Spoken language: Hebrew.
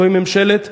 זו ממשלת המערך,